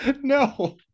no